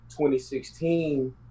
2016